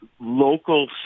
local